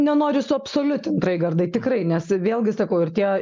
nenoriu suabsoliutint raigardai tikrai nes vėlgi sakau ir tie